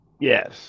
yes